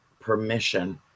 permission